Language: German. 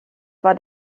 war